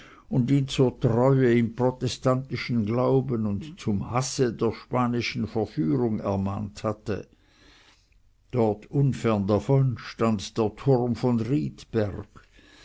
und ihn zur treue im protestantischen glauben und zum hasse der spanischen verführung ermahnt hatte dort unfern davon stand der turm von riedberg